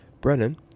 Brennan